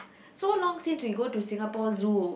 so long since we go to Singapore Zoo